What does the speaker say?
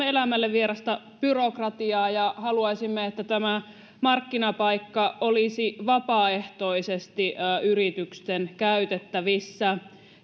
elämälle vierasta byrokratiaa ja haluaisimme että markkinapaikka olisi vapaaehtoisesti yritysten käytettävissä